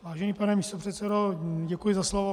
Vážený pane místopředsedo, děkuji za slovo.